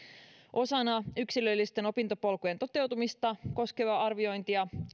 osana yksilöllisten opintopolkujen toteutumista koskevaa arviointia